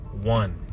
one